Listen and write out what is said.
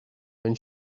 when